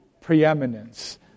preeminence